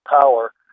power